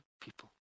people